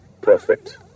Perfect